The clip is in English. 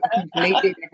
completely